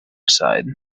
aside